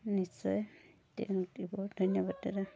নিশ্চয় তেওঁক দিব ধন্যবাদ দাদা